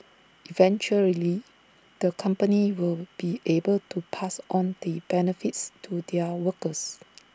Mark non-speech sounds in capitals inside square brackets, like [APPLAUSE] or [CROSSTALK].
eventually the companies will be able to pass on the benefits to their workers [NOISE]